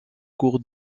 cours